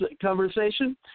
conversation